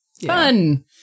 Fun